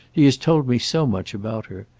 he has told me so much about her.